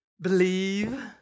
believe